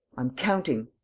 i'm counting.